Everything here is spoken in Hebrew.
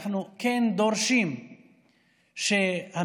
אנחנו כן דורשים שהממשלה,